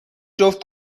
جفت